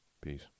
Peace